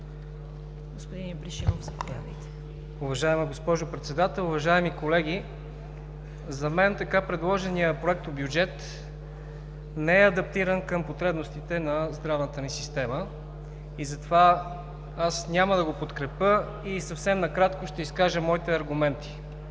(БСП за България): Уважаема госпожо Председател, уважаеми колеги! За мен така предложеният проектобюджет не е адаптиран към потребностите на здравната ни система и затова аз няма да го подкрепя и съвсем накратко ще изкажа моите аргументи.